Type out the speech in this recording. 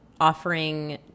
offering